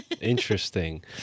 Interesting